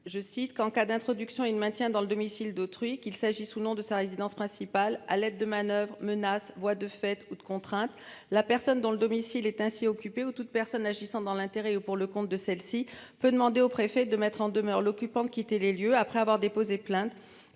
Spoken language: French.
Je cite, qu'en cas d'introduction et de maintien dans le domicile d'autrui qu'il s'agisse ou non de sa résidence principale à l'aide de manoeuvres, menaces voies de fait ou de contrainte, la personne dont le domicile est ainsi occupé ou toute personne agissant dans l'intérêt pour le compte de celle-ci peut demander au préfet de mettre en demeure l'occupant de quitter les lieux après avoir déposé plainte